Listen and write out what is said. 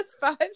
five